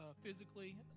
physically